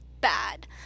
bad